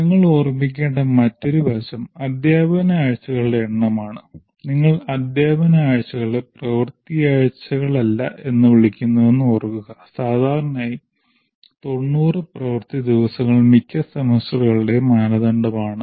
നിങ്ങൾ ഓർമ്മിക്കേണ്ട മറ്റൊരു വശം അദ്ധ്യാപന ആഴ്ചകളുടെ എണ്ണമാണ് നിങ്ങൾ അദ്ധ്യാപന ആഴ്ചകളെ പ്രവൃത്തി ആഴ്ചകളല്ല എന്ന് വിളിക്കുന്നുവെന്ന് ഓർക്കുക സാധാരണയായി 90 പ്രവൃത്തി ദിവസങ്ങൾ മിക്ക സെമസ്റ്ററുകളുടെയും മാനദണ്ഡമാണ്